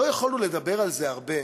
לא יכולנו לדבר על זה הרבה,